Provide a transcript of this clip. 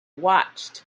watched